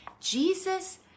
Jesus